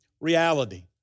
reality